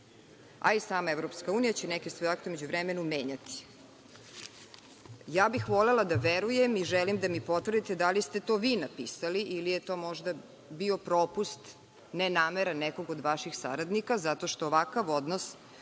a i sama EU će neke svoje akte u međuvremenu menjati. Volela bih da verujem i želim da mi potvrdite – da li ste to vi napisali ili je to možda bio propust nenameran nekog od vaših saradnika zato što ovakav odnos